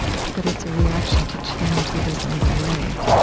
but it's a reaction to change that is underway.